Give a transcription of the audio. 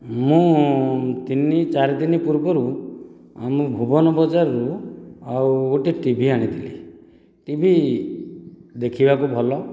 ମୁଁ ତିନି ଚାରିଦିନ ପୂର୍ବରୁ ଆମ ଭୁବନ ବଜାରରୁ ଆଉ ଗୋଟିଏ ଟିଭି ଆଣିଥିଲି ଟିଭି ଦେଖିବାକୁ ଭଲ